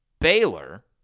Baylor